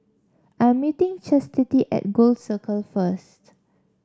I am meeting Chastity at Gul Circle first